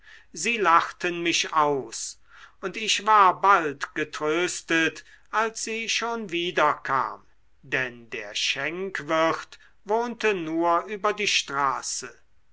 sie lachten mich aus und ich war bald getröstet als sie schon wiederkam denn der schenkwirt wohnte nur über die straße